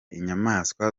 inyamaswa